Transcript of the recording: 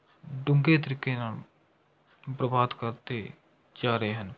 ਡੂੰਘੇ ਤਰੀਕੇ ਨਾਲ਼ ਬਰਬਾਦ ਕਰਦੇ ਜਾ ਰਹੇ ਹਨ